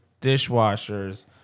dishwashers